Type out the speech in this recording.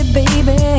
baby